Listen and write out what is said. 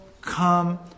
come